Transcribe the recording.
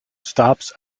stops